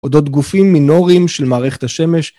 אודות גופים מינוריים של מערכת השמש.